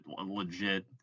Legit